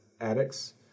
addicts